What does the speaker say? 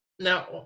Now